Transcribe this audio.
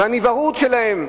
מהנבערות שלהם.